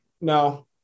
No